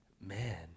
Man